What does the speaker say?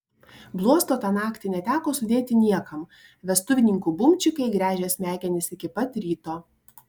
bluosto tą naktį neteko sudėti niekam vestuvininkų bumčikai gręžė smegenis iki pat ryto